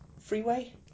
Freeway